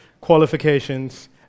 qualifications